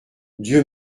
dieu